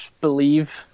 believe